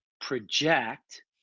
project